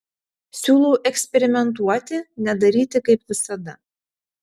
siūlau eksperimentuoti nedaryti kaip visada